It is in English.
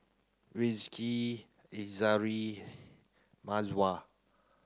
Rizqi Izzara Mawar